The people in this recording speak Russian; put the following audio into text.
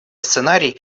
сценарий